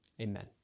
Amen